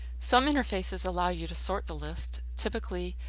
some interfaces allow you to sort the list. typically,